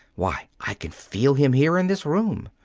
why, i can feel him here in this room,